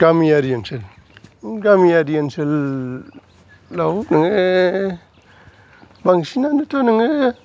गामियारि ओनसोल गामियारि ओनसोलाव नोङो बांसिनानोथ' नोङो